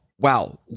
wow